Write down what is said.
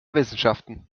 wissenschaften